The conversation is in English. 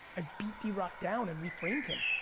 i beat d-rock down and reframed him,